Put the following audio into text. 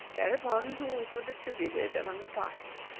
thereupon tools were distributed among the party,